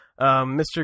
Mr